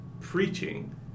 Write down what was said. preaching